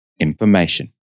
information